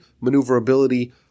maneuverability